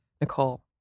Nicole